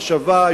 מחשבה,